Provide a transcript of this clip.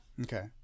Okay